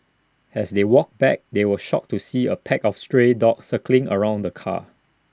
as they walked back they were shocked to see A pack of stray dogs circling around the car